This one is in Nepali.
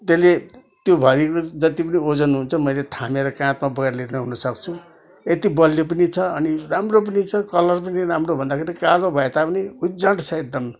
त्यसले त्यो भरिएको जति पनि ओजन हुन्छ मैले थामेर काँधमा बोकेर लिएर आउनु सक्छु यति बलियो पनि छ अनि राम्रो पनि छ कलर पनि राम्रो भन्दखेरि कालो भए तापनि उज्वल छ एकदम